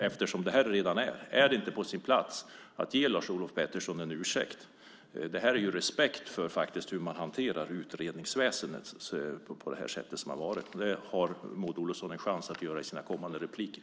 Eftersom det är så här är det då inte på sin plats att ge Lars-Olof Pettersson en ursäkt? Det är att visa respekt för hur man hanterar utredningsväsendet. Maud Olofsson har chansen att göra det i sina kommande inlägg.